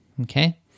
Okay